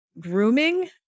Grooming